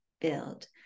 build